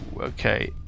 Okay